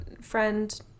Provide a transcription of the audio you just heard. friend